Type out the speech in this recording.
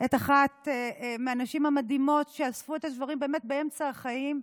את אחת הנשים המדהימות שאספו את השברים באמצע החיים,